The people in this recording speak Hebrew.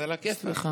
אז עלא כיפאק.